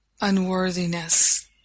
unworthiness